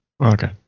Okay